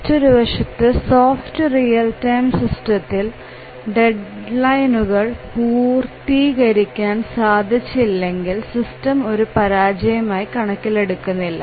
മറ്റൊരുവശത്ത് soft real time സിസ്റ്റത്തിൽ ഡെഡ്ലൈനുകൾ പൂർത്തീകരിക്കാൻ സാധിച്ചില്ലെങ്കിലും സിസ്റ്റം ഒരു പരാജയമായി കണക്കിലെടുക്കുന്നില്ല